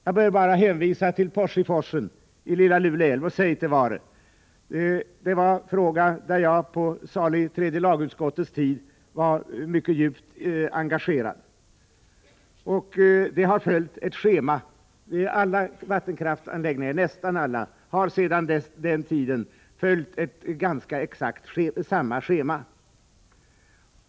Jag behöver bara hänvisa till Porsiforsen och Seitevare i Lilla Lule älv. Det var en fråga som jag på salig tredje lagutskottets tid var mycket djupt engagerad i. Nästan alla vattenkraftsanläggningar har sedan den tiden följt ett ganska likartat schema.